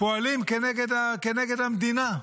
פועלים כנגד המדינה.